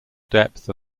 depth